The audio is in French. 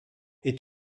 est